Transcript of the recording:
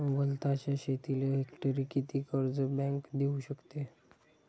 वलताच्या शेतीले हेक्टरी किती कर्ज बँक देऊ शकते?